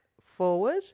forward